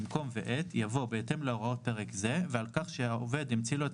במקום "ואת" יבוא "בהתאם להוראות פרק זה ועל כך שהעובד המציא לו את